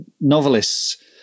novelists